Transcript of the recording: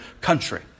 country